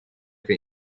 für